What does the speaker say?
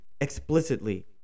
explicitly